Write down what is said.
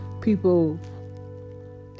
People